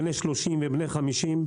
בני 30 ובני 50,